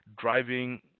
driving